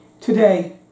today